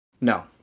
No